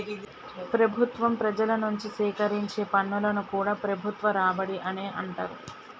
ప్రభుత్వం ప్రజల నుంచి సేకరించే పన్నులను కూడా ప్రభుత్వ రాబడి అనే అంటరు